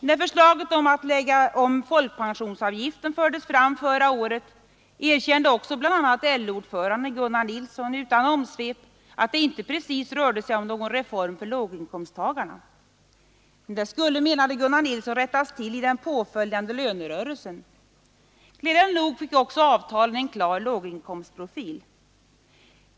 När förslaget att lägga om folkpensionsavgiften fördes fram förra året erkände också bl.a. LO-ordföranden Gunnar Nilsson utan omsvep att det inte precis rörde sig om någon reform för låginkomsttagarna. Men det skulle, menade Gunnar Nilsson, rättas till i den påföljande lönerörelsen. Glädjande nog fick också avtalen en klar låginkomstprofil.